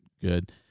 good